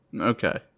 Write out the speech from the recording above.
Okay